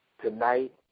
tonight